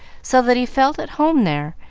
so that he felt at home there,